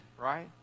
right